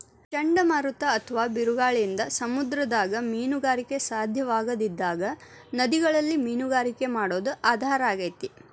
ಚಂಡಮಾರುತ ಅತ್ವಾ ಬಿರುಗಾಳಿಯಿಂದ ಸಮುದ್ರದಾಗ ಮೇನುಗಾರಿಕೆ ಸಾಧ್ಯವಾಗದಿದ್ದಾಗ ನದಿಗಳಲ್ಲಿ ಮೇನುಗಾರಿಕೆ ಮಾಡೋದು ಆಧಾರ ಆಗೇತಿ